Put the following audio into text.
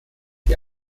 die